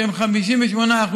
שהם 85%